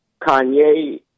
Kanye